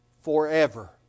forever